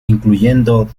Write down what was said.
incluyendo